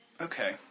Okay